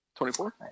24